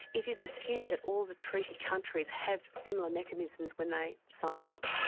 it is assumed that all the treaty countries have similar mechanisms when they sign up.